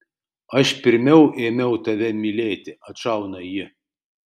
aš pirmiau ėmiau tave mylėti atšauna ji